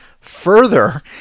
Further